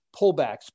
pullbacks